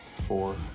four